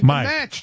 Mike